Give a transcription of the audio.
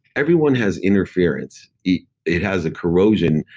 everyone has interference. it it has a corrosion.